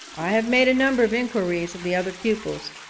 i have made a number of inquiries of the other pupils,